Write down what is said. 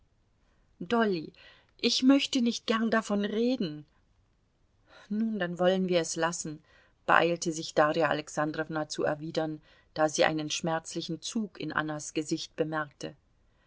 dolly ich möchte nicht gern davon reden nun dann wollen wir es lassen beeilte sich darja alexandrowna zu erwidern da sie einen schmerzlichen zug in annas gesicht bemerkte